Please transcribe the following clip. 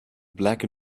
black